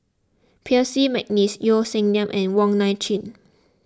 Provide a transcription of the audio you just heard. Percy McNeice Yeo Song Nian and Wong Nai Chin